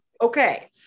Okay